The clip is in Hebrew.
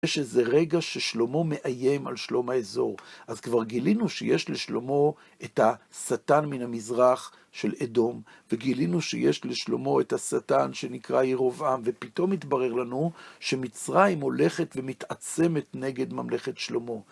יש איזה רגע ששלמה מאיים על שלום האזור. אז כבר גילינו שיש לשלמה את השטן מן המזרח של אדום, וגילינו שיש לשלמה את השטן שנקרא ירובעם, ופתאום התברר לנו שמצרים הולכת ומתעצמת נגד ממלכת שלמה.